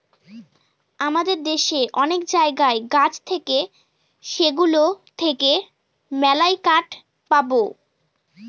আমাদের দেশে অনেক জায়গায় গাছ থাকে সেগুলো থেকে মেললাই কাঠ পাবো